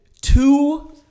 two